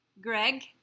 Greg